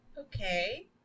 okay